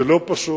זה לא פשוט,